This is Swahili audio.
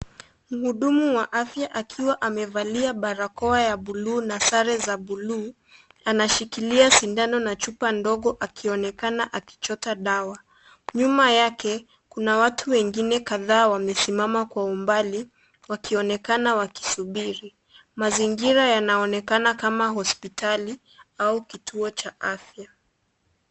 Mhudumu wa afya akiwa amevalia barakoa ya buluu na sare za buluu anashikilia sindano na chupa ndogo akionekana akichota dawa, nyuma yake kuna watu wengine kadhaa wamesimama kwa umbali wakionekana wakisubiri. Mazingira yanaonekana kama hospitali au kituo cha afya.